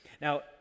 Now